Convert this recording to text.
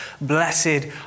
Blessed